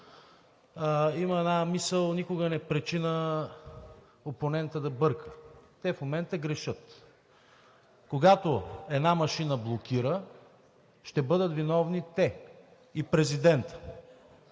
Има една мисъл: никога не пречи на опонента да бърка. Те в момента грешат. Когато една машина блокира, ще бъдат виновни те и президентът.